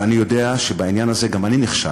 ואני יודע שבעניין הזה גם אני נכשלתי,